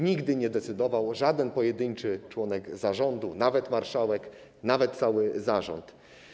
Nigdy nie decydował żaden pojedynczy członek zarządu, nawet marszałek, nawet cały zarząd.